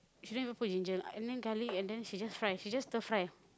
she don't even put ginger and then garlic and then she just try she just stir fry